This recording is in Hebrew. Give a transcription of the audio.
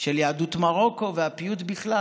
של יהדות מרוקו והפיוט בכלל,